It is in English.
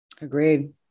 Agreed